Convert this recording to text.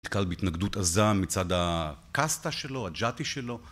נתקל בהתנגדות עזה מצד הקאסטה שלו, הג'אטי שלו